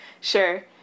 Sure